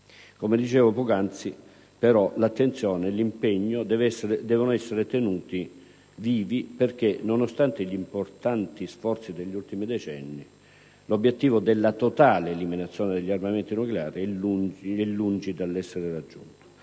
Come dicevo poc'anzi, però, l'attenzione e l'impegno devono essere tenuti vivi perché, nonostante gli importanti sforzi degli ultimi decenni, l'obiettivo della totale eliminazione degli armamenti nucleari è lungi dall'essere raggiunto.